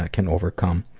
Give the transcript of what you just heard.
ah can overcome.